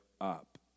up